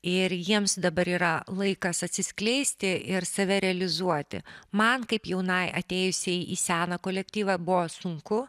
ir jiems dabar yra laikas atsiskleisti ir save realizuoti man kaip jaunai atėjusiai į seną kolektyvą buvo sunku